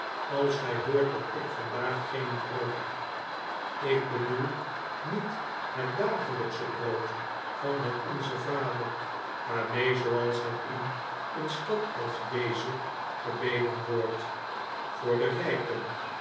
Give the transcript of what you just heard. als gij hoort dat ik vandaag geen brood heb ik bedoel niet het dagelijksche brood van het onze vader waarmee zooals het in een stad als deze gebeden wordt voor de rijken